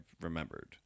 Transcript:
remembered